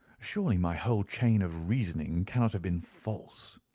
surely my whole chain of reasoning cannot have been false.